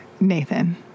Nathan